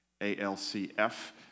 A-L-C-F